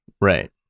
Right